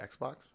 Xbox